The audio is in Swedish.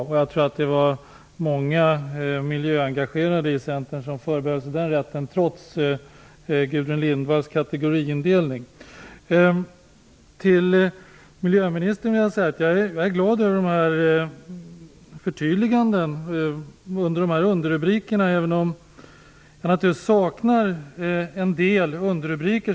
Jag tror också att det var många miljöengagerade i Centern som förbehöll sig den rätten, trots Jag är, miljöministern, glad över förtydligandena under underrubrikerna, även om jag saknar en del underrubriker.